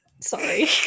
sorry